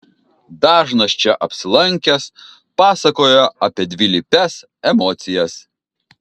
dažnas čia apsilankęs pasakoja apie dvilypes emocijas